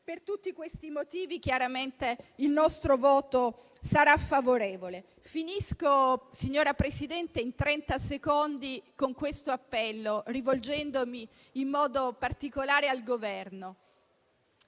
Per tutti questi motivi chiaramente il nostro voto sarà favorevole. Finisco, signora Presidente, in trenta secondi con un appello, rivolgendomi in modo particolare al Governo.